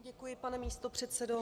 Děkuji, pane místopředsedo.